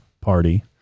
party